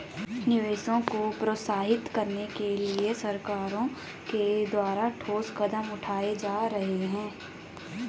निवेश को प्रोत्साहित करने के लिए सरकारों के द्वारा ठोस कदम उठाए जा रहे हैं